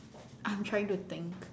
I'm trying to think